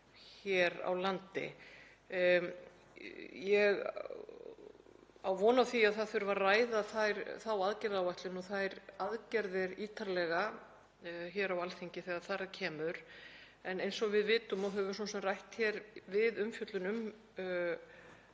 hér á landi. Ég á von á því að það þurfi að ræða þá aðgerðaáætlun og þær aðgerðir ítarlega hér á Alþingi þegar þar að kemur. En eins og við vitum, og höfum svo sem rætt hér í umfjöllun um